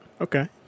Okay